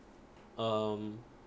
um